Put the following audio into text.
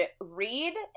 read